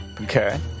Okay